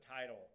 title